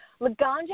Laganja